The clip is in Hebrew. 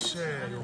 שלום לכולם,